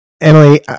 Emily